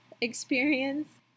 experience